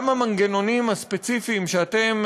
גם המנגנונים הספציפיים שאתם,